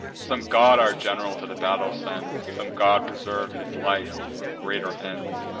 some god our general to the battle sends some god preserves his life for greater ends.